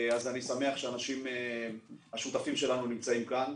אז אני שמח שהשותפים שלנו נמצאים כאן.